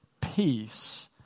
peace